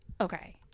Okay